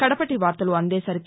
కడపటి వార్తలు అందేసరికి